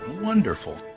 Wonderful